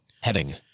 Heading